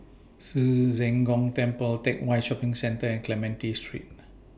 Ci Zheng Gong Temple Teck Whye Shopping Centre and Clementi Street